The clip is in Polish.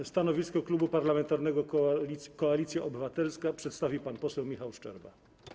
A stanowisko Klubu Parlamentarnego Koalicja Obywatelska przedstawi pan poseł Michał Szczerba.